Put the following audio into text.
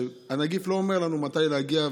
הנגיף לא אומר לנו מתי להגיע,